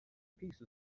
peace